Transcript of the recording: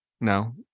No